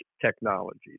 technologies